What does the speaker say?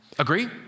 Agree